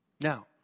Now